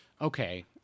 okay